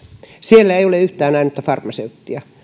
siellä ei ole yhtään ainutta farmaseuttia